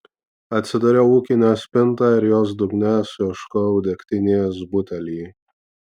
atsidariau ūkinę spintą ir jos dugne suieškojau degtinės butelį